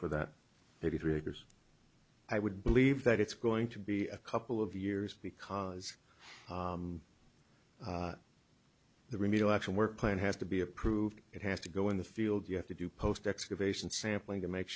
for that maybe three acres i would believe that it's going to be a couple of years because the remedial action work plant has to be approved it has to go in the field you have to do post excavation sampling to make